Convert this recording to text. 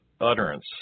utterance